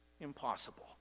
impossible